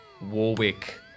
Warwick